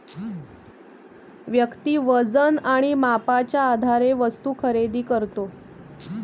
व्यक्ती वजन आणि मापाच्या आधारे वस्तू खरेदी करतो